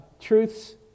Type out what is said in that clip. truth's